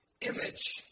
image